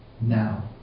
now